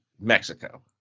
Mexico